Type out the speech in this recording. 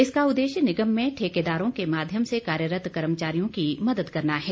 इसका उददेश्य निगम में ठेकेदारों के माध्यम से कार्यरत कर्मचारियों की मदद करना है